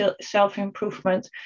self-improvement